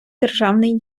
державний